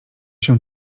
się